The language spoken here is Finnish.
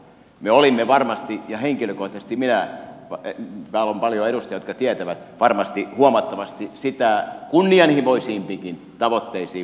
me olimme ja henkilökohtaisesti minä olin täällä on paljon edustajia jotka tietävät varmasti huomattavasti sitäkin kunnianhimoisempiin tavoitteisiin valmiita